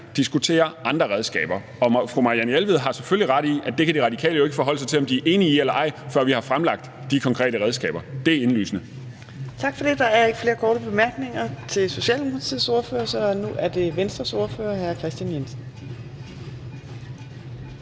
diskutere andre redskaber. Og fru Marianne Jelved har selvfølgelig ret i, at De Radikale jo ikke kan forholde sig til, om de er enige i det eller ej, før vi har fremlagt de konkrete redskaber. Det er indlysende. Kl. 15:55 Fjerde næstformand (Trine Torp): Tak for det. Der er ikke flere korte bemærkninger til Socialdemokratiets ordfører. Nu er det Venstres ordfører hr. Kristian Jensen.